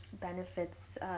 benefits